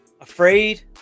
afraid